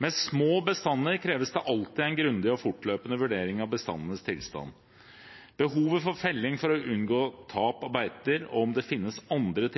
Med små bestander kreves det alltid en grundig og fortløpende vurdering av bestandenes tilstand, behovet for felling for å unngå tap av beiter og om det finnes andre